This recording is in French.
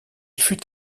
fut